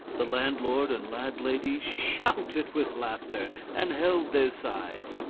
the landlord and landlady shouted with laughter and held their sides.